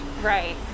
Right